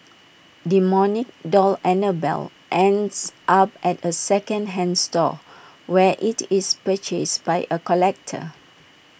demonic doll Annabelle ends up at A second hand store where IT is purchased by A collector